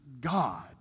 God